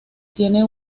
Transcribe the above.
tiene